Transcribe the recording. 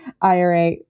IRA